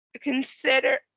consider